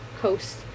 coast